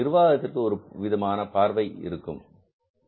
நிர்வாகத்திற்கு ஒருவித பார்வை இருக்கலாம்